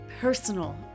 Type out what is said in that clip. personal